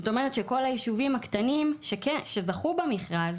זאת אומרת שכל היישובים הקטנים שזכו במכרז